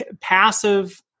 passive